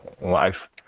life